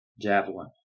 javelin